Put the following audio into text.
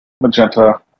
magenta